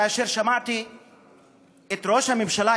כאשר שמעתי את ראש הממשלה,